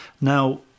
Now